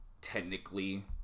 technically